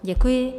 Děkuji.